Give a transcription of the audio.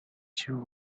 too